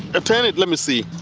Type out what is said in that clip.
ah turn it, let me see.